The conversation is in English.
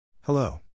Hello